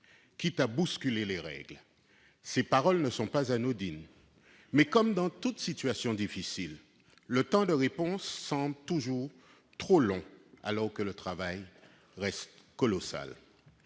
quitte à bousculer les règles. Ces paroles ne sont pas anodines, mais, comme dans toute situation difficile, le temps de réponse semble toujours trop long, alors que le travail reste colossal.